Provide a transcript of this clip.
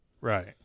Right